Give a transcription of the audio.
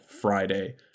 Friday